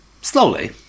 Slowly